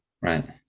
Right